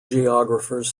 geographers